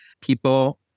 People